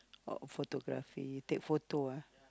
oh photography take photo ah